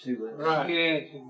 Right